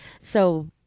So-